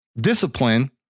discipline